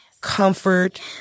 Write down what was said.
comfort